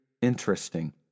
interesting